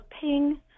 ping